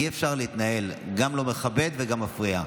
אי-אפשר להתנהל, זה גם לא מכבד וגם מפריע.